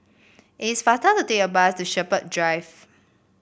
it's faster to take the bus to Shepherds Drive